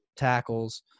tackles